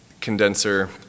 condenser